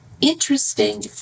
interesting